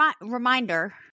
reminder